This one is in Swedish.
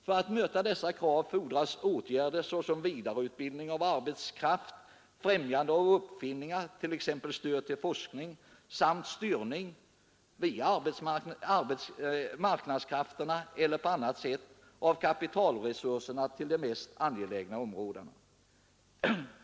För att möta dessa krav behövs åtgärder såsom vidareutbildning av arbetskraft, främjande av uppfinningar, t.ex. stöd till forskning, samt styrning via marknadskrafterna eller på annat sätt av kapitalresurserna till de mest angelägna områdena.